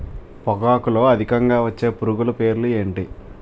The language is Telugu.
పొగాకులో అధికంగా వచ్చే పురుగుల పేర్లు ఏంటి